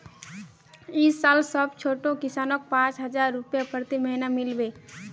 इस साल सब छोटो किसानक पांच हजार रुपए प्रति महीना मिल बे